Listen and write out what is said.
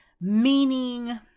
meaning